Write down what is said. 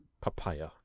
Papaya